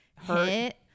hit